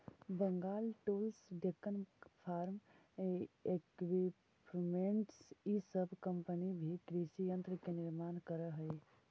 Bengal tools, Deccan farm equipments इ सब company भी कृषि यन्त्र के निर्माण करऽ हई